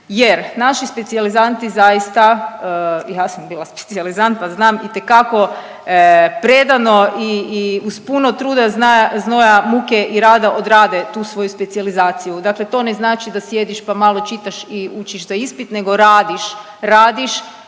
Jer naši specijalizanti zaista i ja sam bila specijalizant pa znam itekako predano, uz puno truda, znoja, muke i rada odrade tu svoju specijalizaciju. Dakle, to ne znači da sjediš pa malo čitaš i učiš za ispit, nego radiš, radiš